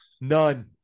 None